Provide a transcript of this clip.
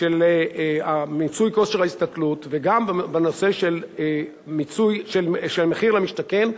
של מיצוי כושר ההשתכרות וגם בנושא של מחיר למשתכן,